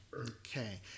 Okay